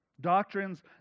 Doctrines